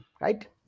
right